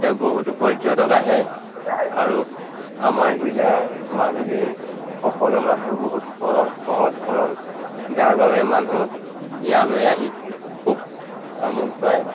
বহুতো পৰ্যটক আহে আৰু আমাৰ জিলাৰ মাজুলীৰ সকলো মানুহ বহুত সৰহ সহজ সৰল যাৰ বাবে মানুহ ইয়ালৈ আহি খুব আমোদ পায়